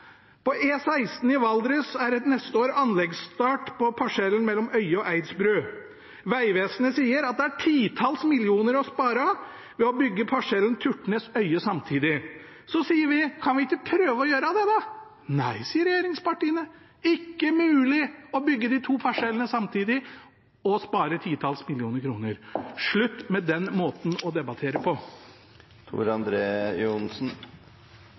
På E16 i Valdres er det til neste år anleggsstart på parsellen mellom Øye og Eidsbru. Vegvesenet sier at det er titalls millioner kroner å spare på å bygge parsellen Turtnes–Øye samtidig. Så sier vi: Kan vi ikke prøve å gjøre det, da? Nei, sier regjeringspartiene. Det er ikke mulig å bygge de to parsellene samtidig og spare titalls millioner kroner. Slutt med den måten å debattere på! Representanten Tor André Johnsen